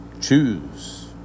Choose